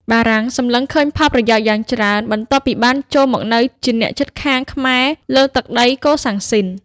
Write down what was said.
បារាំងសម្លឹងឃើញផល ប្រយោជន៍យ៉ាងច្រើន បន្ទាប់ពីបានចូលមកនៅជាអ្នកជិតខាងខ្មែរលើទឹកដីកូសាំងស៊ីន។